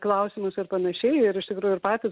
klausimus ir panašiai ir iš tikrųjų ir patys